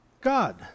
God